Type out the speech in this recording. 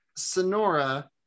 sonora